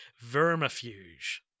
vermifuge